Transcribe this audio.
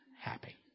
happy